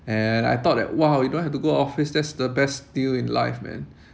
and I thought that !wow! you don't have to go office that's the best deal in life man